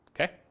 Okay